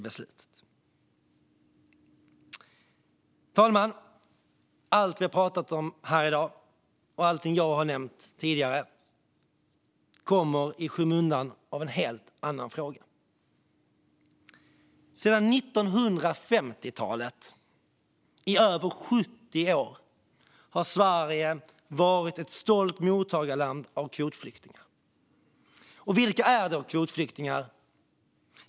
Herr talman! Allt vi har pratat om här i dag och allt jag har nämnt tidigare hamnar i skymundan av en helt annan fråga. Sedan 1950-talet, i över 70 år, har Sverige varit ett stolt mottagarland för kvotflyktingar. Vilka är då kvotflyktingar?